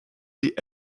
sie